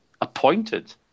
appointed